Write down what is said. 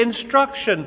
instruction